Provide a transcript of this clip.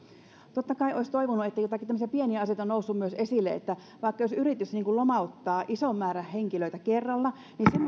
totta kai olisi toivonut ja joitakin tämmöisiä pieniä asioita on noussut myös esille että jos vaikka yritys lomauttaa ison määrän henkilöitä kerralla niin